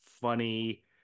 funny